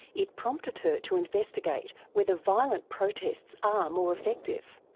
it prompted her to investigate whether violent protests are more effective.